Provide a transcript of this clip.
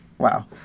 Wow